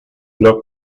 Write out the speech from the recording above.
los